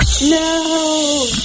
No